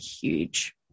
huge